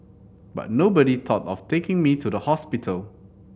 but nobody thought of taking me to the hospital